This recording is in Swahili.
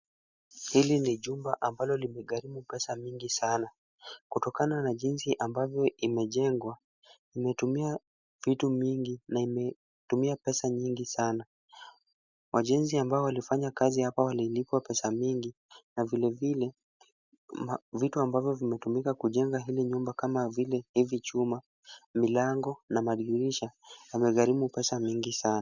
Hili ni jumba ambalo limegharimu pesa mingi sana. Kutokana na jinsi ambavyo imejengwa, imetumia vitu mingi na imetumia pesa nyingi sana. Wajenzi ambao walifanya kazi hapa walilipwa pesa mingi, na vilevile vitu ambavyo vimetumika kujenga hili nyumba kama vile hivi chuma, milango na madirisha yamegharimu pesa mingi sana.